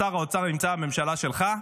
שר האוצר הוא מהמפלגה שלך,